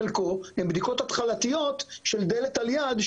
חלקן הן בדיקות התחלתיות של דלת על יד,